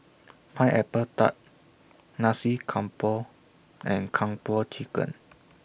Pineapple Tart Nasi Campur and Kung Po Chicken